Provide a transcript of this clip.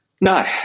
No